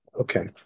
Okay